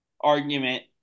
argument